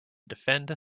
defend